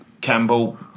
Campbell